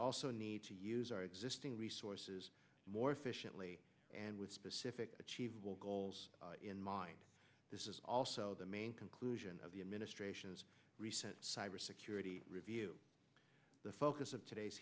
also need to use our existing resources more efficiently and with specific achievable goals in mind this is also the main conclusion of the administration's recent cybersecurity review the focus of today's